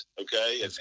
okay